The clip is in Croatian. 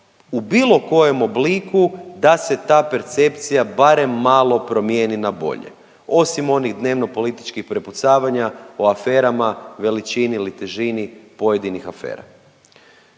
u bilo kojem obliku da se ta percepcija barem malo promijeni na bolje osim onih dnevno-političkih prepucavanja o aferama, veličini ili težini pojedinih afera.